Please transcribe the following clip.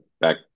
back